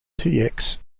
tex